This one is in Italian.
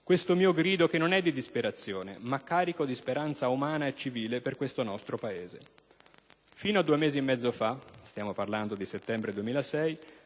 «questo mio grido, che non è di disperazione, ma carico di speranza umana e civile per questo nostro Paese. Fino a due mesi e mezzo fa» - stiamo parlando del settembre del